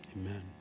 amen